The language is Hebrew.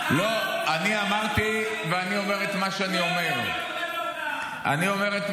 אתה מדבר על הציבור החרדי כאילו הוא לא יודע מה